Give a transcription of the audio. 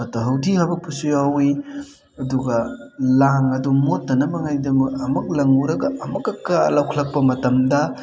ꯐꯠꯇ ꯍꯥꯎꯊꯤ ꯍꯥꯄꯛꯄꯁꯨ ꯌꯥꯎꯋꯤ ꯑꯗꯨꯒ ꯂꯥꯡ ꯑꯗꯨ ꯃꯣꯠꯇꯅꯉꯥꯏꯒꯤꯗꯃꯛ ꯑꯃꯨꯛ ꯂꯪꯉꯨꯔꯒ ꯑꯃꯨꯛꯀ ꯀ ꯂꯧꯈꯠꯂꯛꯄ ꯃꯇꯝꯗ